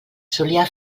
solia